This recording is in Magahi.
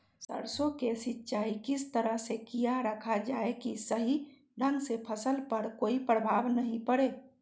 सरसों के सिंचाई किस तरह से किया रखा जाए कि सही ढंग से फसल पर कोई प्रभाव नहीं पड़े?